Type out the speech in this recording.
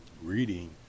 Reading